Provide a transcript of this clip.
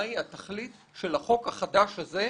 מה היא התכלית של החוק החדש הזה,